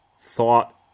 thought